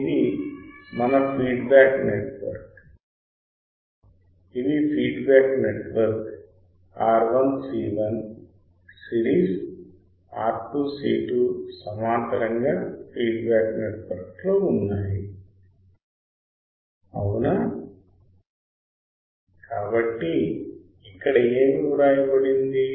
ఇది మన feedback network ఇవి feedback network R1 C1 series R2 C2 సమాంతరంగా ఫీడ్బ్యాక్ నెట్వర్క్ లో ఉన్నాయి అవునా కాబట్టి ఇక్కడ ఏమి వ్రాయబడింది